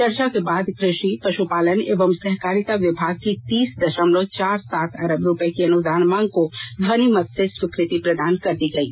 चर्चा के बाद कृषि पशुपालन एवं सहकारिता विभाग की तीस दर्शमलव चार सात अरब रुपये की अनुदान मांग को ध्वनि मत से स्वीकृति प्रदान कर दी गयी